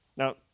Now